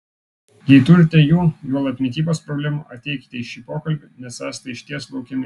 jei turite jų juolab mitybos problemų ateikite į šį pokalbį nes esate išties laukiami